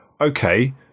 okay